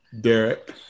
Derek